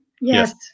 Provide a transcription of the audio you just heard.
Yes